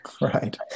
Right